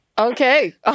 Okay